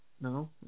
no